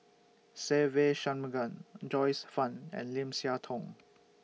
Se Ve Shanmugam Joyce fan and Lim Siah Tong